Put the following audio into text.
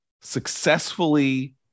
successfully